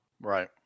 Right